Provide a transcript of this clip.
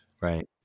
Right